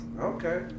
okay